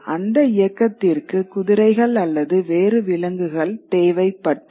அந்த இயக்கத்திற்கு குதிரைகள் அல்லது வேறு விலங்குகள் தேவைப்பட்டது